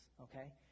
Okay